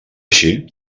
així